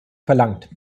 verlangt